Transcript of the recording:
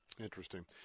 Interesting